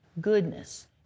goodness